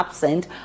absent